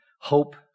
hope